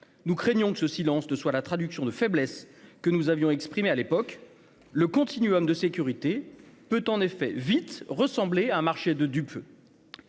nous craignons que ce silence de soit la traduction de faiblesse que nous avions exprimées à l'époque le continuum de sécurité peut en effet vite ressembler à un marché de dupes,